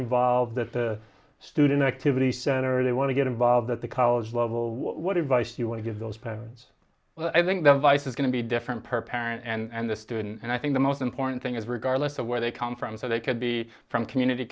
involved with the student activity center they want to get involved at the college level what advice you want to give those paths i think the vice is going to be different per parent and the student and i think the most important thing is regardless of where they come from so they could be from community